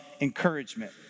encouragement